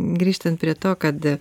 grįžtant prie to kad